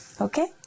okay